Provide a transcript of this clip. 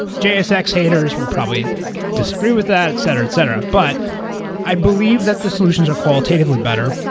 jsx haters will probably disagree with that, etc, etc. but i believe that the solutions are qualitatively better,